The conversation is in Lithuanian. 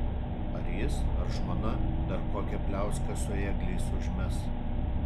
ar jis ar žmona dar kokią pliauską su ėgliais užmes